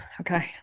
Okay